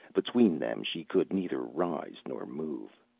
between them she could neither rise nor move.